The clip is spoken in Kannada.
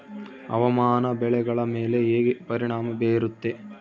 ಹವಾಮಾನ ಬೆಳೆಗಳ ಮೇಲೆ ಹೇಗೆ ಪರಿಣಾಮ ಬೇರುತ್ತೆ?